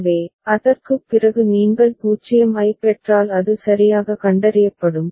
எனவே அதற்குப் பிறகு நீங்கள் 0 ஐப் பெற்றால் அது சரியாக கண்டறியப்படும்